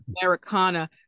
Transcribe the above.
Americana